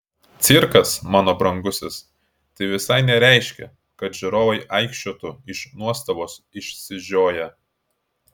cirkas mano brangusis tai visai nereiškia kad žiūrovai aikčiotų iš nuostabos išsižioję